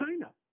China